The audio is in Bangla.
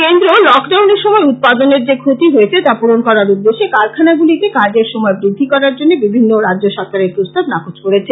কেন্দ্র লকডাউনের সময় উৎপাদনের যে ক্ষতি হয়েছে তা পূরন করার উদ্দেশ্যে কারখানাগুলিতে কাজের সময় বৃদ্ধি করার জন্য বিভিন্ন রাজ্যসরকারের প্রস্তাব নাকচ করেছে